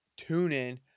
TuneIn